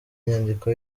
inyandiko